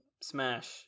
smash